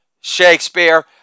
Shakespeare